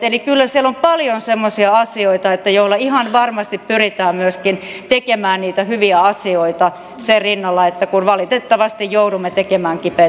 eli kyllä siellä on paljon semmoisia asioita joilla ihan varmasti pyritään tekemään myöskin niitä hyviä asioita sen rinnalla että valitettavasti joudumme tekemään kipeitä päätöksiä